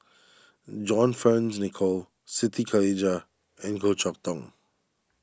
John Fearns Nicoll Siti Khalijah and Goh Chok Tong